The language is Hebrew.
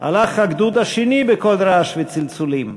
הלך הגדוד השני בקול רעש וצלצולים.